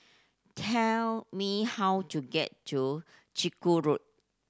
tell me how to get to Chiku Road